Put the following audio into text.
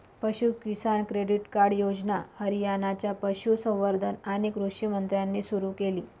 पशु किसान credit card योजना हरियाणाच्या पशुसंवर्धन आणि कृषी मंत्र्यांनी सुरू केली